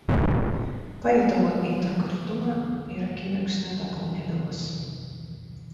pajutau aitrų kartumą ir akimirksniu tapau nebylus